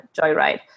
joyride